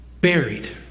Buried